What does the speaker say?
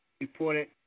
reported